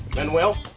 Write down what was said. manuel,